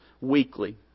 weekly